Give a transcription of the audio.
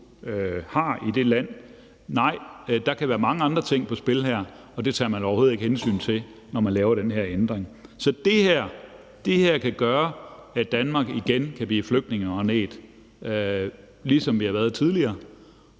er i det land. Nej, der kan være mange andre ting på spil her, og det tager man overhovedet ikke hensyn til, når man laver den her ændring. Så det her kan gøre, at Danmark igen kan blive flygtningemagnet, ligesom vi har været tidligere,